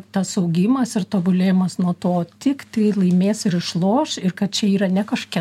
tas augimas ir tobulėjimas nuo to tiktai laimės ir išloš ir kad čia yra ne kažkokia